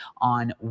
on